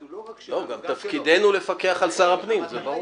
מי כמוך יודע כמה טוב ש --- ואני גם מתכוון לפנות אליו בנושא הזה,